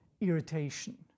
irritation